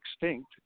extinct